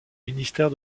ministère